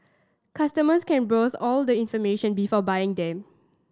customers can browse all the information before buying them